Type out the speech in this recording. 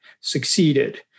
succeeded